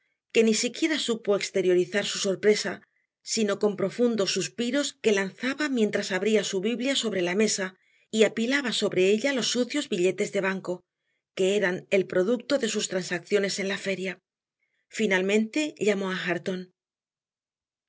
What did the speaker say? que ni siquiera supo exteriorizar su sorpresa sino con profundos suspiros que lanzaba mientras abría su biblia sobre la mesa y apilaba sobre ella los sucios billetes de banco que eran el producto de sus transacciones en la feria finalmente llamó a hareton